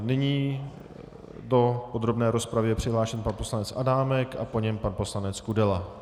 Nyní do podrobné rozpravy je přihlášen pan poslanec Adámek a po něm pan poslanec Kudela.